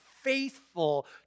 faithful